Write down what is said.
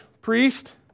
priest